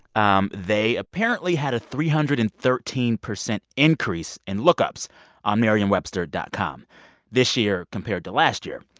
um they apparently had a three hundred and thirteen percent increase in lookups on merriam-webster dot com this year compared to last year.